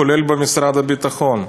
כולל במשרד הביטחון.